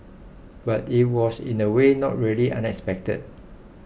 but it was in a way not really unexpected